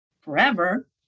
forever